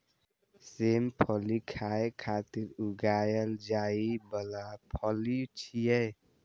सेम फली खाय खातिर उगाएल जाइ बला फली छियै